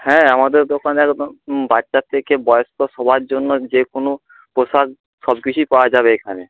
হ্যাঁ আমাদের দোকানে বাচ্চা থেকে বয়স্ক সবার জন্য যে কোনো পোশাক সব কিছুই পাওয়া যাবে এখানে